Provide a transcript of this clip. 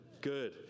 Good